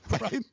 right